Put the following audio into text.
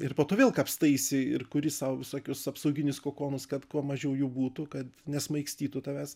ir po to vėl kapstaisi ir kuri sau visokius apsauginius kokonus kad kuo mažiau jų būtų kad nesmaigstytų tavęs